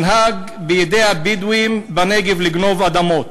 מנהג בידי הבדואים בנגב לגנוב אדמות.